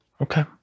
Okay